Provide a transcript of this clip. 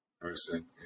person